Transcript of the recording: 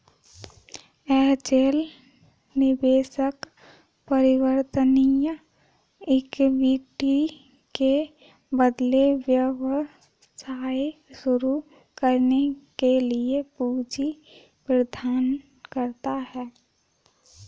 angel निवेशक परिवर्तनीय equity के बदले व्यवसाय शुरू करने के लिए पूंजी प्रदान करता है